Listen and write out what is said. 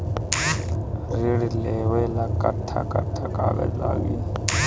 ऋण लेवेला कट्ठा कट्ठा कागज लागी?